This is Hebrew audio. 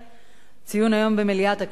ציון היום במליאת הכנסת,